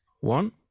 one